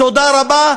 תודה רבה,